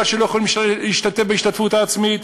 שהם לא יכולים להשתתף בהשתתפות העצמית,